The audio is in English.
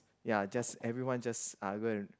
ya just everyone just are go and